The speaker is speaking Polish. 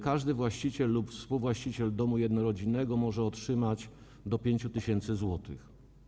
Każdy właściciel lub współwłaściciel domu jednorodzinnego może otrzymać do 5 tys. zł.